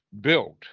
built